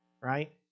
right